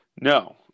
no